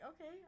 okay